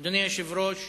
אדוני היושב-ראש,